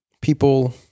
people